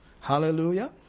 Hallelujah